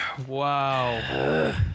Wow